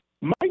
Mike